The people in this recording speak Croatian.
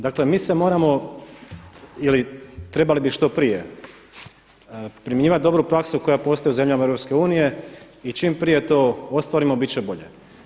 Dakle, mi se moramo ili trebali bi što prije primjenjivati dobru praksu koja postoji u zemljama EU i čim prije to ostvarimo bit će bolje.